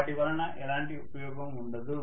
వాటి వల్ల ఎలాంటి ఉపయోగం ఉండదు